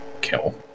kill